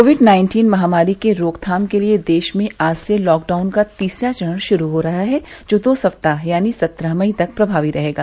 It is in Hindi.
कोविड नाइन्टीन महामारी के रोकथाम के लिए देश में आज से लॉकडाउन का तीसरा चरण शुरू हो रहा है जो दो सप्ताह यानी सत्रह मई तक प्रभावी रहेगा